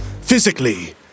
physically